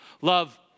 Love